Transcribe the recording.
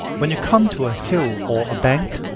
when you come to a hill or a bank,